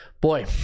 boy